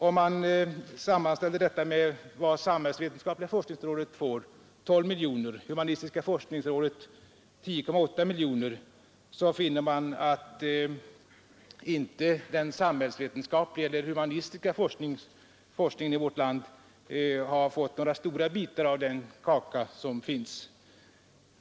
Om man sammanställer detta med att samhällsvetenskapliga forskningsrådet får 12 miljoner och humanistiska forskningsrådet 10,8 miljoner, så finner man att den samhällsvetenskapliga eller humanistiska forskningen i vårt land inte har fått några stora bitar av den kaka som finns.